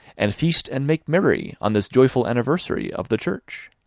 and feast and make merry on this joyful anniversary of the church.